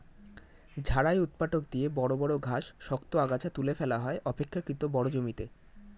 ঝাড়াই ঊৎপাটক দিয়ে বড় বড় ঘাস, শক্ত আগাছা তুলে ফেলা হয় অপেক্ষকৃত বড় জমিতে